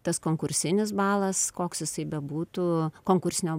tas konkursinis balas koks jisai bebūtų konkursinio